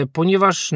ponieważ